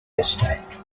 estate